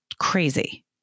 crazy